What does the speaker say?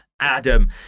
Adam